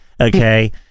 Okay